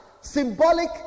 Symbolic